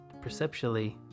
perceptually